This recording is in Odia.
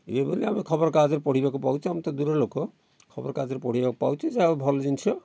ଇଏ ବୋଲି ଆମେ ଖବର କାଗଜରେ ପଢ଼ିବାକୁ ପାଉଛୁ ଆମେ ତ ଦୂର ଲୋକ ଖବର କାଗଜରେ ପଢ଼ିବାକୁ ପାଉଛୁ ଯାହା ହେଉ ଭଲ ଜିନିଷ